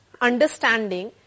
understanding